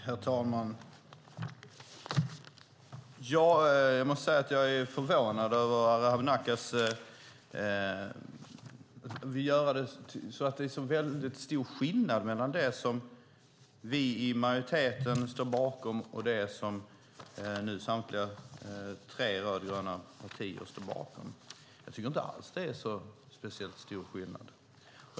Herr talman! Jag är förvånad över att Arhe Hamednaca säger att det är så stor skillnad mellan det som vi i majoriteten står bakom och det som samtliga tre rödgröna partier nu står bakom. Jag tycker inte alls att det är så stor skillnad.